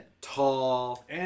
Tall